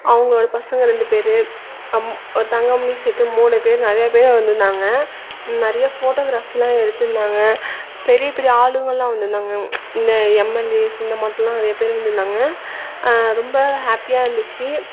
அவங்களோட பசங்க ரெண்டு பேர் அம் ஒரு தங்கமணி சேர்த்து மூணு பேர் நிறைய பேராக வந்துருந்தாங்க நிறைய ஃபோட்டோக்ராஃபிலாம் எடுத்துருந்தாங்க பெரிய பெரிய ஆளுங்கலாம் வந்துருந்தாங்க இந்த எம்எல்ஏஸ் இந்த மாட்டலாம் நிறைய பேர் வந்துருந்தாங்க ரொம்ப ஹாப்பியாக இருந்துச்சி